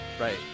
Right